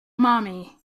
mommy